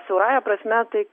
siaurąja prasme tai